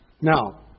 Now